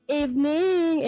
evening